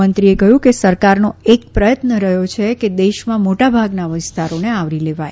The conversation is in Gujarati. મંત્રીએ કહયું કે સરકારનો એક પ્રયત્ન રહયો છે કે દેશમાં મોટાભાગના વિસ્તારોને આવરી લેવાય